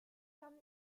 dann